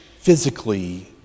physically